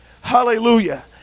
hallelujah